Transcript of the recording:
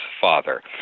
father